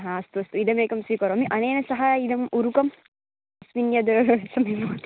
आम् अस्तु अस्तु इदं स्वीकरोमि अनेन सह इदं ऊरुकं अस्मिन् यत् सम्यग्भवति